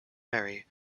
mary